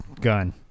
gun